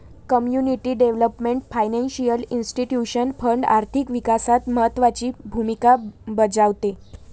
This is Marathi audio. community development financial institution fund आर्थिक विकासात महत्त्वाची भूमिका बजावते